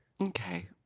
Okay